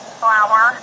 flour